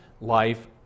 life